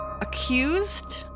Accused